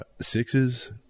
Sixes